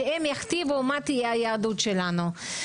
שהם יכתיבו מה תהיה היהדות שלנו.